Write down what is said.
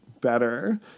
better